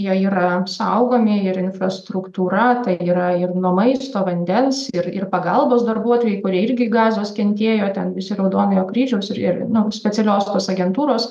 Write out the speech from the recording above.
jie yra saugomi ir infrastruktūra tai yra ir nu maisto vandens ir ir pagalbos darbuotojai kurie irgi gazos kentėjo ten iš raudonojo kryžiaus ir ir nu specialiosios agentūros